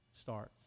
starts